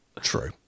true